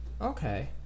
okay